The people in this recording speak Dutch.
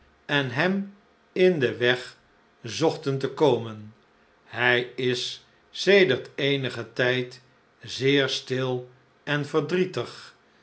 en hem in den weg zochten te komen hij is sedert eenigen tijd zeer stil en verdrietig